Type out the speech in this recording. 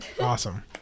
Awesome